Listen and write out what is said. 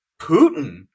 Putin